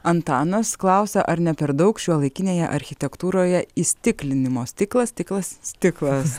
antanas klausia ar ne per daug šiuolaikinėje architektūroje įstiklinimo stiklas stiklas stiklas